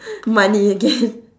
money again